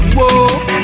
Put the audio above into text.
Whoa